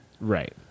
Right